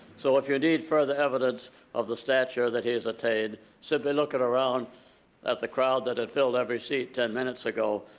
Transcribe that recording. so if you need further evidence of the stature that he has attained, simply look around at the crowd that had filled every seat ten minutes ago.